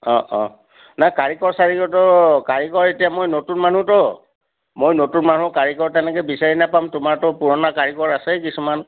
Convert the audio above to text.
অঁ অঁ নহয় কাৰিকৰ চাৰিকৰতো কাৰিকৰ এতিয়া মই নতুন মানুহতো মই নতুন মানুহ কাৰিকৰ তেনেকৈ বিচাৰি নেপাম তোমাৰতো পুৰণা কাৰিকৰ আছেই কিছুমান